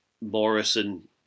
Morrison